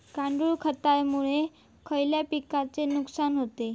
गांडूळ खतामुळे खयल्या पिकांचे नुकसान होते?